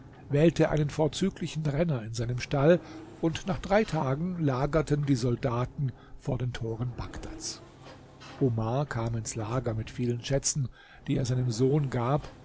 wählte einen vorzüglichen renner in seinem stall und nach drei tagen lagerten die soldaten vor den toren bagdads omar kam ins lager mit vielen schätzen die er seinem sohn gab